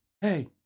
hey